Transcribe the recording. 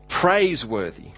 praiseworthy